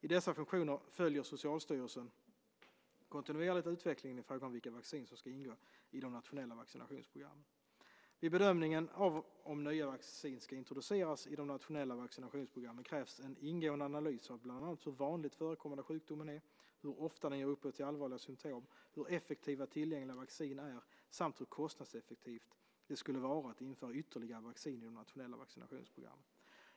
I dessa funktioner följer Socialstyrelsen kontinuerligt utvecklingen i fråga om vilka vaccin som ska ingå i de nationella vaccinationsprogrammen. Vid bedömningen av om nya vaccin ska introduceras i de nationella vaccinationsprogrammen krävs en ingående analys av bland annat hur vanligt förekommande sjukdomen är, hur ofta den ger upphov till allvarliga symtom, hur effektiva tillgängliga vaccin är samt hur kostnadseffektivt det skulle vara att införa ytterligare vaccin i de nationella vaccinationsprogrammen.